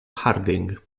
harding